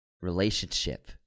relationship